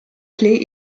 clefs